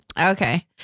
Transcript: Okay